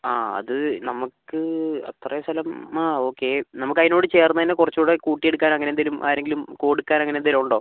ആ അത് നമുക്ക് അത്രയും സ്ഥലം ആ ഓക്കെ നമുക്കയിനോട് ചേർന്ന് തന്നെ കുറച്ചുകൂടെ കൂട്ടി എടുക്കാനോ അങ്ങനെ എന്തെങ്കിലും ആരെങ്കിലും കൊടുക്കാൻ അങ്ങനെ എന്തെങ്കിലും ഉണ്ടോ